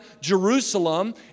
Jerusalem